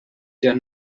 der